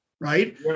right